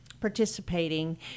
participating